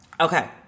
Okay